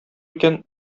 икән